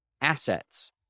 assets